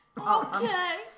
Okay